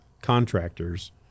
contractors